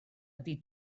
ydy